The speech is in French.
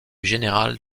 général